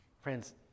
Friends